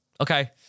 Okay